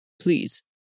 Please